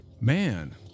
man